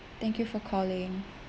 thank you for calling